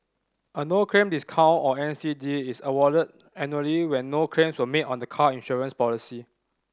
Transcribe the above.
a no claim discount or N C D is awarded annually when no claims were made on the car insurance policy